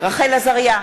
רחל עזריה,